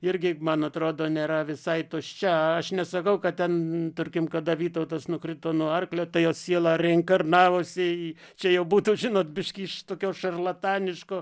irgi man atrodo nėra visai tuščia aš nesakau kad ten tarkim kada vytautas nukrito nuo arklio tai jo siela reinkarnavosi į čia jau būtų žinot biškį iš tokio šarlataniško